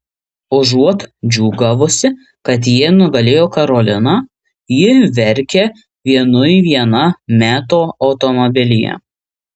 užuot džiūgavusi kad jie nugalėjo karoliną ji verkia vienui viena meto automobilyje